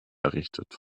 errichtet